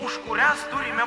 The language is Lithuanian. už kurias turime